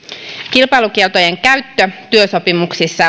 kilpailukieltojen käyttö työsopimuksissa